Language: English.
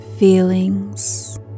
Feelings